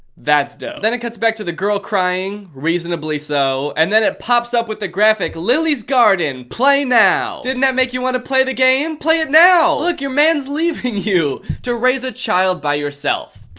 that's dope. then it cuts back to the girl crying reasonably so and then it pops up with the graphic lily's garden play now. now. didn't that make you wanna play the game? play it now, look your man's leaving you to raise a child by yourself.